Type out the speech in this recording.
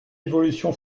évolution